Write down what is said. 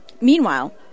Meanwhile